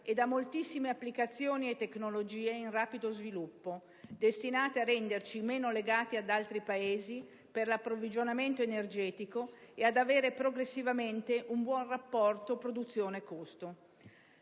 e da moltissime applicazioni e tecnologie in rapido sviluppo, destinate a renderci meno legati ad altri Paesi per l'approvvigionamento energetico e ad avere progressivamente un buon rapporto tra produzione e costo.